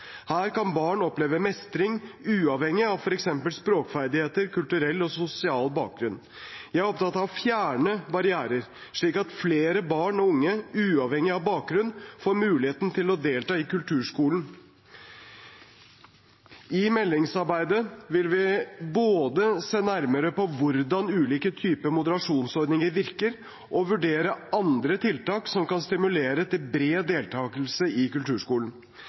Her kan barn oppleve mestring, uavhengig av f.eks. språkferdigheter, kulturell og sosial bakgrunn. Jeg er opptatt av å fjerne barrierer, slik at flere barn og unge, uavhengig av bakgrunn, får muligheten til å delta i kulturskolen. I meldingsarbeidet vil vi både se nærmere på hvordan ulike typer moderasjonsordninger virker, og vurdere andre tiltak som kan stimulere til bred deltakelse i kulturskolen.